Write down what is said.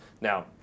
Now